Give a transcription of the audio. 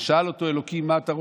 ושאל אותו אלוקים: מה אתה רוצה?